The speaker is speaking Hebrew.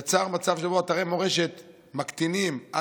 יצר מצב שבו אתרי מורשת מקטינים את חילול